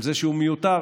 על זה שהוא מיותר,